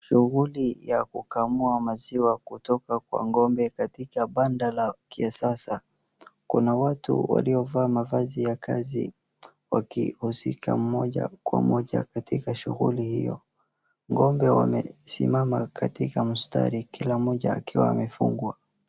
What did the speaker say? Shughuli ya kukamua maziwa kutoka kwa ng`ombe katika banda la kisasa , kuna watu waliovaa mavazi ya kazi ,wakihusika katika shughuli hiyo moja kwa moja katika shughuli hiyo , ng`ombe wamesimama katika mstari kila mmoja akiwa amefungwa .